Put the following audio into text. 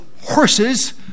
horses